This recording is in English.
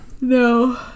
No